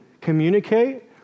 communicate